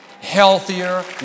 healthier